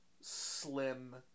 slim